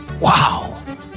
Wow